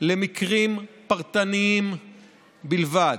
למקרים פרטניים בלבד,